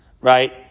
right